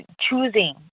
choosing